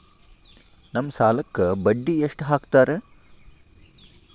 ನಮ್ ಸಾಲಕ್ ಬಡ್ಡಿ ಎಷ್ಟು ಹಾಕ್ತಾರ?